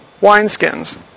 wineskins